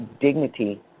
dignity